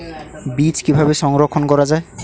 বীজ কিভাবে সংরক্ষণ করা যায়?